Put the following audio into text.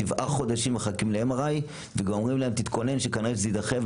שבעה חודשים מחכים ל-MRI ואומרים להם שיתכוננו כי כנראה זה יידחה.